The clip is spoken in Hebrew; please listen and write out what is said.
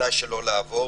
בוודאי שלא לעבור,